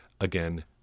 again